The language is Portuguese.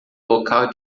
local